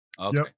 Okay